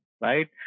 right